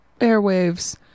airwaves